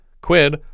Quid